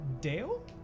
Dale